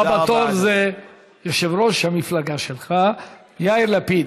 הבא בתור הוא יושב-ראש המפלגה יאיר לפיד.